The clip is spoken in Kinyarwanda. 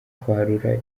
kwarura